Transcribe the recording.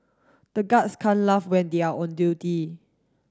the guards can't laugh when they are on duty